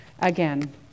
again